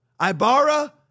Ibarra